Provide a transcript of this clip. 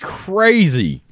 crazy